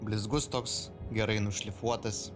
blizgus toks gerai nušlifuotas